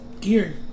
gear